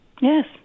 yes